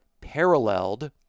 paralleled